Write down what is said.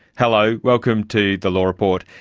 hello, welcome to the law report.